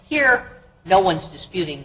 here no one is disputing